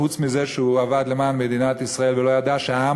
חוץ מזה שהוא עבד למען מדינת ישראל ולא ידע שהעם